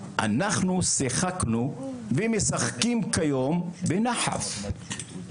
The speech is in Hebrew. אנחנו שיחקנו ומשחקים כיום בנחף.